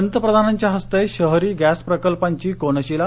पंतप्रधानांच्या हस्ते शहरी गॅस प्रकल्पांची कोनशिला